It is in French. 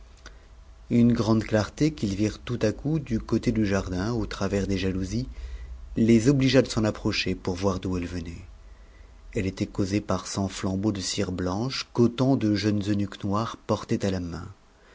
une grande clarté qu'ils virent toutàcoup du côté du jardin au travers des jalousies les obligea de s'en approcher pour voir d'où elle venait n e était causée par cent flambeaux de cire blanche qu'autant de jeunes eunuques noirs portaient à la main